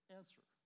answer